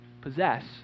possess